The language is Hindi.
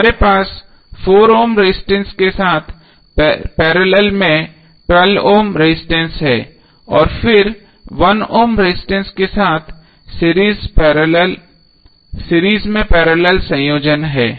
हमारे पास 4 ओम रजिस्टेंस के साथ पैरेलल में 12 ओम रजिस्टेंस है और फिर 1 ओम रजिस्टेंस के साथ सीरीज में पैरेलल संयोजन है